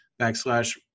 backslash